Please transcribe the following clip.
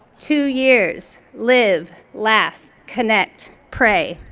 two years, live, laugh, connect, pray.